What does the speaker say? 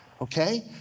okay